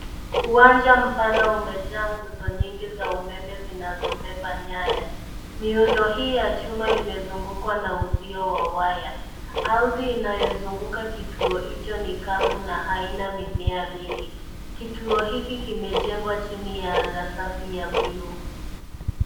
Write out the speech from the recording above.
Uwanja mpana umejaa nguzo nyingi za umeme zinazobeba nyaya. Miundo hii ya chuma imezungukwa na uzio wa waya. Ardhi inayozunguka kituo hicho ni kavu na haina nimea mingi. Kituo hiki kimejengwa chini ya ardhi safi ya buluu.